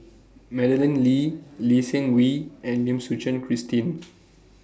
Madeleine Lee Lee Seng Wee and Lim Suchen Christine